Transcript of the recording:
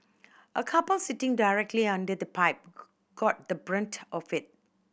a couple sitting directly under the pipe got the brunt of it